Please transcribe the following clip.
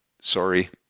Sorry